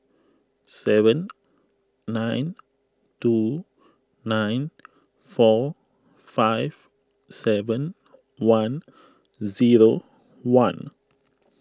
seven nine two nine four five seven one zero one